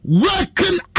working